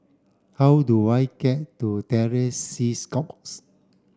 how do I get to Terror Sea Scouts